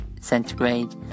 centigrade